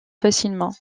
facilement